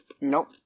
Nope